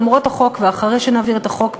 למרות החוק ואחרי שנעביר את החוק,